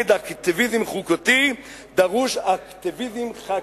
כנגד אקטיביזם חוקתי דרוש אקטיביזם חקיקתי,